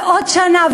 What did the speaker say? ועוד שנה,